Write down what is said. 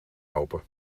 open